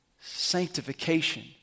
Sanctification